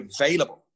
available